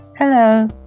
Hello